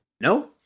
No